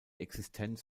existenz